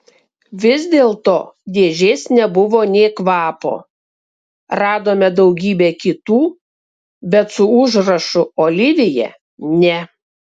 vis dėlto dėžės nebuvo nė kvapo radome daugybę kitų bet su užrašu olivija ne